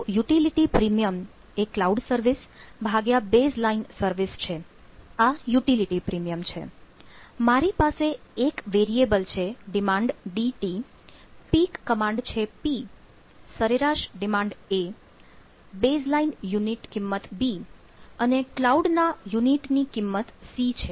તો utility premium એ cloud service ભાગ્યા બેસલાઈન પીક ડિમાન્ડ છે P સરેરાશ ડિમાન્ડ A બેઝલાઇન યુનિટ કિંમત B અને કલાઉડ ના યુનિટી ની કિંમત C છે